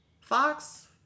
Fox